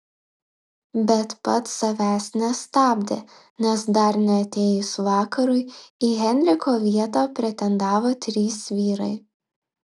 bet pats savęs nestabdė nes dar neatėjus vakarui į henriko vietą pretendavo trys vyrai